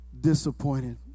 disappointed